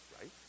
right